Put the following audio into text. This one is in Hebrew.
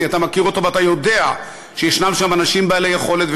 כי אתה מכיר אותו ואתה יודע שיש שם אנשים בעלי יכולת,